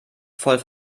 voll